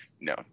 No